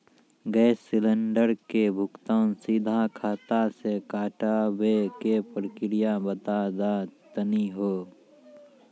Gas cylinder के भुगतान सीधा खाता से कटावे के प्रक्रिया बता दा तनी हो?